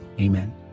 amen